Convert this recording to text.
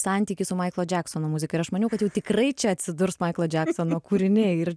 santykį su maiklo džeksono muzika ir aš maniau kad jau tikrai čia atsidurs maiklo džeksono kūriniai ir